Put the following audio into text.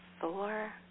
four